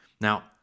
Now